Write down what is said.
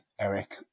Eric